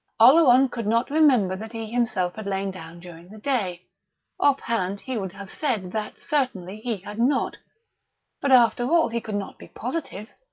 oleron could not remember that he himself had lain down during the day off-hand, he would have said that certainly he had not but after all he could not be positive.